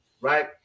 Right